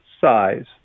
size